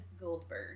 Goldberg